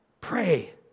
pray